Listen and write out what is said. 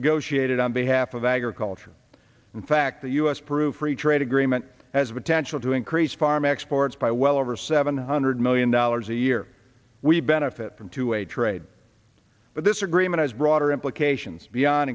negotiated on behalf of agriculture in fact the us proof free trade agreement as a potential to increase farm exports by well over seven hundred million dollars a year we benefit from to a trade but this agreement is broader implications beyond